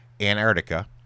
Antarctica